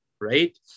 right